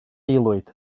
aelwyd